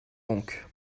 donc